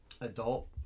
adult